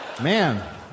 man